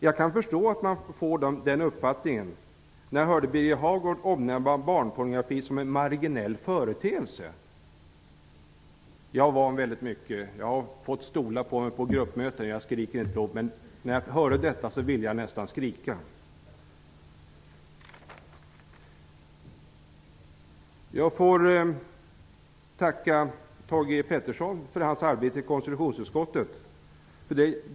Jag kan förstå att man får den uppfattningen, sedan jag hört Birger Hagård omnämna barnpornografi som ''en marginell företeelse''. Jag är van vid väldigt mycket. Jag har fått en stol kastad på mig vid ett gruppmöte, och jag skrek inte då, men när jag hörde Birger Hagård säga detta ville jag nästan skrika. Jag tackar Thage G Peterson för hans arbete i konstitutionsutskottet.